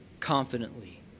confidently